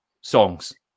songs